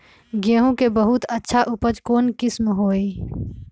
गेंहू के बहुत अच्छा उपज कौन किस्म होई?